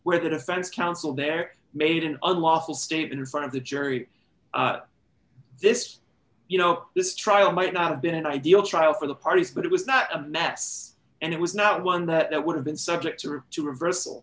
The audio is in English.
where the defense counsel there made an unlawful state in front of the jury this you know this trial might not have been an ideal trial for the parties but it was not a mess and it was not one that would have been subject to refer